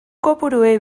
kopuruei